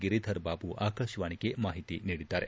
ಗಿರಿಧರ್ ಬಾಬು ಆಕಾಶವಾಣಿಗೆ ಮಾಹಿತಿ ನೀಡಿದ್ದಾರೆ